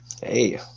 Hey